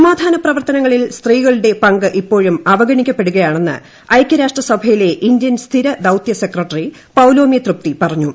സമാധാന പ്രവർത്തനങ്ങളിൽ സ്ത്രീകളുടെ പങ്ക് ഇപ്പോഴും അവഗണിക്കപ്പെടുകയാണെന്ന് ഐകൃരാഷ്ട്രസഭയിലെ ഇന്തൃൻ സ്ഥിര ദൌത്യ സെക്രട്ടറി പൌലോമി തൃപതി പറഞ്ഞു